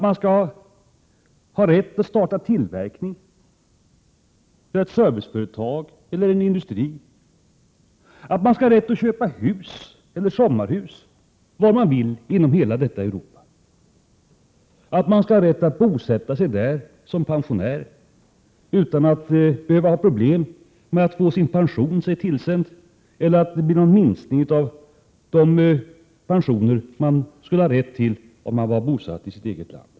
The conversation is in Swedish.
Man skall ha rätt att starta tillverkning, driva ett serviceföretag eller en industri. Man skall ha rätt att köpa hus eller sommarhus var man vill inom hela detta Europa, och man skall ha rätt att bosätta sig där som pensionär utan att behöva ha problem med att få sin pension sig tillsänd och utan att riskera en minskning av de pensioner man skulle ha rätt till om man var bosatt i sitt eget land.